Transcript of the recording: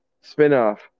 spin-off